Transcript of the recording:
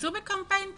צאו בקמפיין פרסומי.